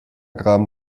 graben